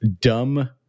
dumb